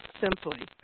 simply